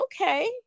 Okay